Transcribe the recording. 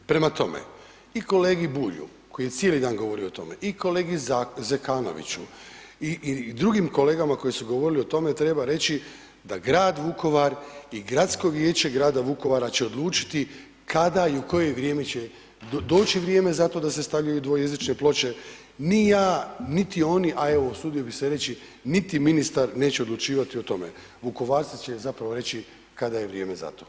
Prema tome, i kolegi Bulju koji je cijeli dan govorio o tome i kolegi Zekanoviću i drugim kolegama koji su govorili o tome treba reći da grad Vukovar i Gradsko vijeće grada Vukovara će odlučiti kada i u koje vrijeme će doći vrijeme za to da se stavljaju dvojezične ploče, ni ja, niti oni, a evo usudio bi se reći niti ministar neće odlučivati o tome, Vukovarci će zapravo reći kada je vrijeme za to.